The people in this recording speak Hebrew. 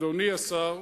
אדוני השר,